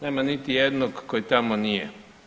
Nema niti jednog koji tamo nije.